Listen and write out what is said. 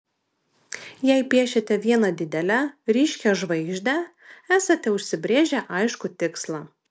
jei piešiate vieną didelę ryškią žvaigždę esate užsibrėžę aiškų tikslą